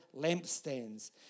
lampstands